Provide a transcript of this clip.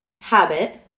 habit